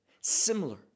similar